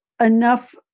enough